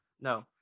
no